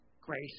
grace